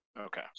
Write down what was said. Okay